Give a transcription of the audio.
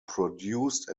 produced